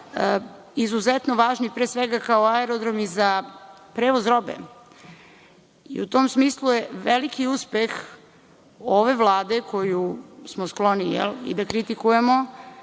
izuzetno važni pre svega kao aerodromi za prevoz robe. U tom smislu je veliki uspeh ove Vlade koju smo skloni da kritikujemo